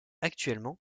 actuellement